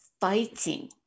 fighting